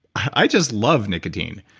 i just love nicotine.